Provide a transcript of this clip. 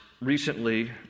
recently